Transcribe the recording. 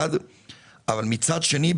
אבל מצד שני,